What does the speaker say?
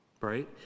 right